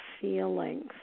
feelings